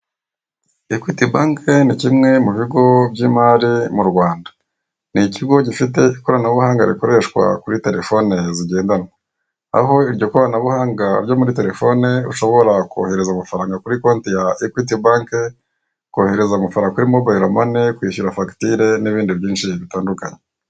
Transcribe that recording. Ekwiti banke ni kimwe mu bigo by'imari mu Rwanda, ni ikigo gifite ikoranabuhanga rikoreshwa kuri terefone zigendanwa, aho iryo koranabuhanga ryo muri terefone, ushobora kohereza amafaranga kuri konteya ekwiti banke, kohereza amafaranga kuri mobayiromani n'ibindi byinshi bitandukanye.